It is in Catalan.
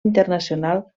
internacional